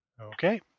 Okay